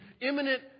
imminent